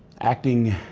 acting,